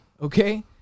Okay